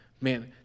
Man